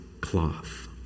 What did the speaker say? cloth